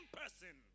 person